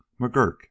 McGurk